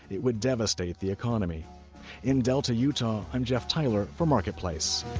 it would devastate the economy in delta, utah, i'm jeff tyler for marketplace